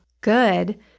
good